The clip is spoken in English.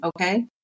okay